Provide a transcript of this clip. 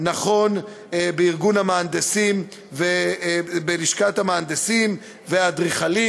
ונכון בארגון המהנדסים ובלשכת המהנדסים והאדריכלים